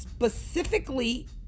Specifically